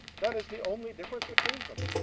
that is the only difference between them.